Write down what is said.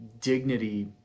dignity